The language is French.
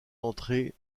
entrée